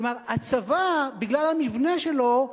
כלומר הצבא, בגלל המבנה שלו,